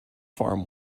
farm